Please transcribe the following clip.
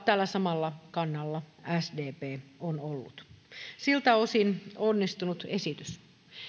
tällä samalla kannalla sdp on ollut siltä osin onnistunut esitys